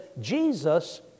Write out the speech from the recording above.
Jesus